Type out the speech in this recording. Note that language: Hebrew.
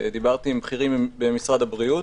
דיברתי עם בכירים במשרד הבריאות.